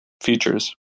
features